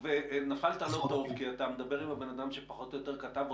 אתה מדבר עם הבן אדם שפחות או יותר את החוק.